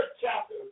chapter